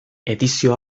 edizio